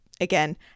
again